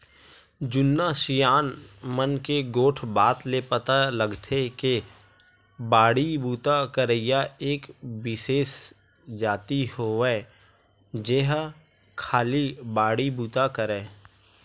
जुन्ना सियान मन के गोठ बात ले पता लगथे के बाड़ी बूता करइया एक बिसेस जाति होवय जेहा खाली बाड़ी बुता करय